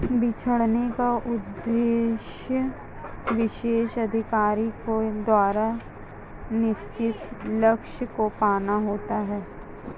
बिछड़ने का उद्देश्य विशेष अधिकारी के द्वारा निश्चित लक्ष्य को पाना होता है